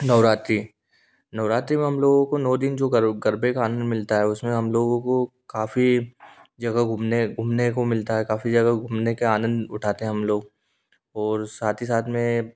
नवरात्रि नवरात्रि में हम लोगों का नौ दिन जो गरभा का आनंद मिलता है उसमें हम लोगों को काफ़ी जगह घूमने घूमने को मिलता है काफ़ी जगह घूमने के आनंद उठाते हैं हम लोग और साथ ही साथ में